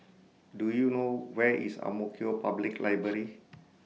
Do YOU know Where IS Ang Mo Kio Public Library